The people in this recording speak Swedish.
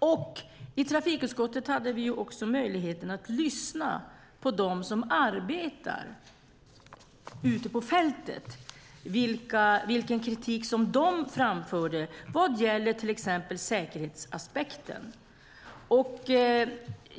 verksamhet. I trafikutskottet hade vi också möjligheten att lyssna på dem som arbetar ute på fältet och höra vilken kritik som de framförde vad gäller till exempel säkerhetsaspekten.